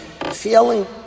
Feeling